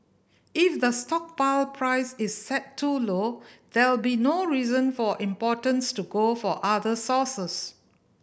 if the stockpile price is set too low there'll be no reason for importers to go for other sources